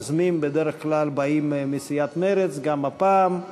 היוזמים בדרך כלל באים מסיעת מרצ, וגם הפעם.